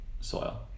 Soil